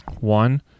one